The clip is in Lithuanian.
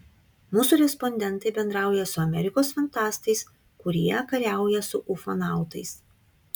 mūsų respondentai bendrauja su amerikos fantastais kurie kariauja su ufonautais